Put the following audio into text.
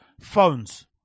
phones